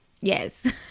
Yes